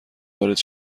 وارد